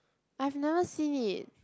I've never seen it